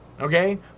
Okay